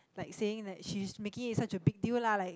like saying that she's making it such a big deal lah like